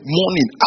morning